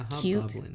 Cute